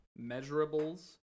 measurables